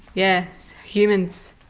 yes, humans,